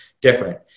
Different